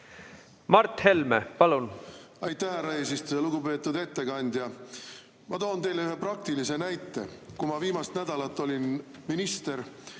Mart Helme, palun! Aitäh, härra eesistuja! Lugupeetud ettekandja! Ma toon teile ühe praktilise näite. Kui ma viimast nädalat minister